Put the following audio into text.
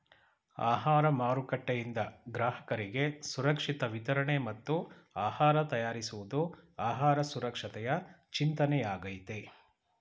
ಆಹಾರ ಮಾರುಕಟ್ಟೆಯಿಂದ ಗ್ರಾಹಕರಿಗೆ ಸುರಕ್ಷಿತ ವಿತರಣೆ ಮತ್ತು ಆಹಾರ ತಯಾರಿಸುವುದು ಆಹಾರ ಸುರಕ್ಷತೆಯ ಚಿಂತನೆಯಾಗಯ್ತೆ